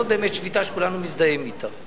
זאת באמת שביתה שכולנו מזדהים אתה.